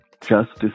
justice